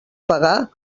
pagar